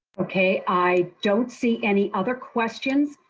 okay. i don't see any other questions.